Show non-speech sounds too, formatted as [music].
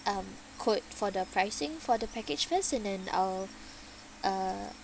um quote for the pricing for the package first and then I'll [breath] uh